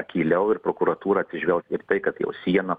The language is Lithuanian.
akyliau ir prokuratūra atsižvelgs ir į tai kad jau siena